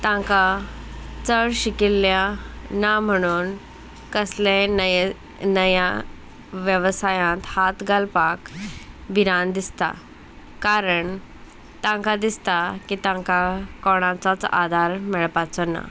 तांकां चड शिकिल्ल्या ना म्हणून कसलेय नये नया वेवसायांत हात घालपाक भिरान दिसता कारण तांकां दिसता की तांकां कोणाचोच आदार मेळपाचो ना